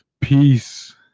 Peace